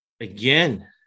again